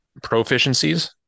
proficiencies